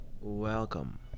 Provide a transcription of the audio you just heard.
Welcome